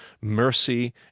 mercy